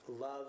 love